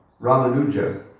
Ramanuja